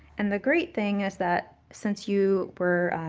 and the great thing is that since you were,